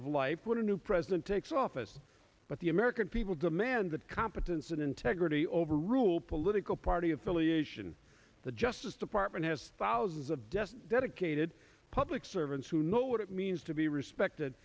of life what a new president takes office but the american people demand that competence and integrity overrule political party affiliation the justice department has thousands of desk dedicated public servants who know what it means to be respected